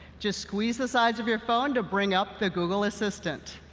just squeeze the sides of your phone to bring up the google assistant.